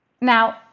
Now